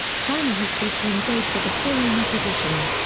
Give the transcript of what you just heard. china has sought to engage with the syrian opposition.